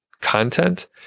content